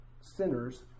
sinners